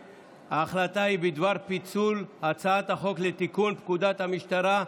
בדבר פיצול הצעת חוק לתיקון פקודת המשטרה (מס'